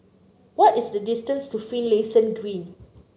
what is the distance to Finlayson Green